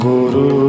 Guru